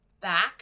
back